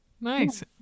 nice